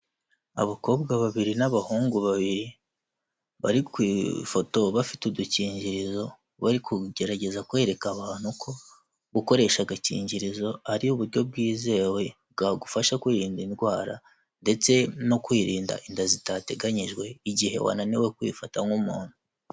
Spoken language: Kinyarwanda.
Abakobwa babiri n'abahungu babiri bari ku ifoto bafite udukingirizo bari kugerageza kwereka abantu ko gukoresha agakingirizo ari uburyo bwizewe bwagufasha kwirinda indwara ndetse no kwirinda inda zitateganyijwe igihe wananiwe kwifata nk'umuntu.